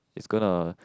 it's gonna